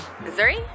Missouri